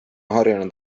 harjunud